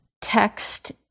text